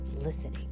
listening